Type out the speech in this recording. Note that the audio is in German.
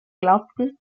glaubten